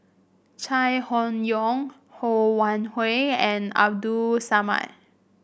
Chai Hon Yoong Ho Wan Hui and Abdul Samad